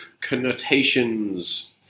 connotations